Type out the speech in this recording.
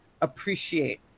appreciate